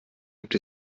gibt